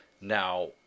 Now